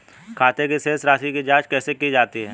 खाते की शेष राशी की जांच कैसे की जाती है?